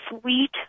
sweet